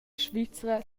svizra